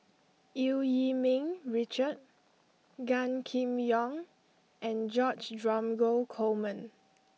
Eu Yee Ming Richard Gan Kim Yong and George Dromgold Coleman